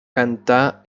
cantà